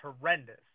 horrendous